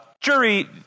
jury